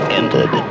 ended